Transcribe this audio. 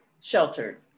Sheltered